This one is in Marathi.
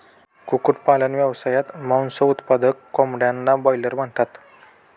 कुक्कुटपालन व्यवसायात, मांस उत्पादक कोंबड्यांना ब्रॉयलर म्हणतात